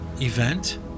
event